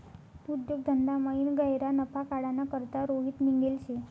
उद्योग धंदामयीन गह्यरा नफा काढाना करता रोहित निंघेल शे